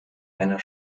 einer